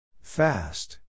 Fast